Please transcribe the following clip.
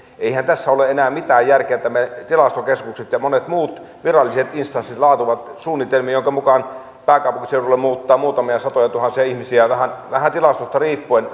eihän tässä ole enää mitään järkeä että tilastokeskukset ja monet muut viralliset instanssit laativat suunnitelmia joidenka mukaan pääkaupunkiseudulle muuttaa muutamia satojatuhansia ihmisiä vähän vähän tilastosta riippuen